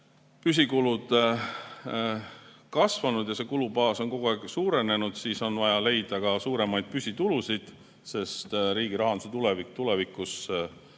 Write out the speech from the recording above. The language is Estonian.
püsikulud kasvanud ja see kulubaas on kogu aeg suurenenud, siis on vaja leida ka suuremaid püsitulusid, sest riigi rahandus tulevikus